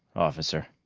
officer.